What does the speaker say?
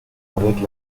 avec